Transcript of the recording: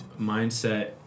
mindset